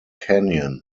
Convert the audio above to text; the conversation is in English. canyon